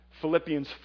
Philippians